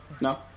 no